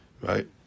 right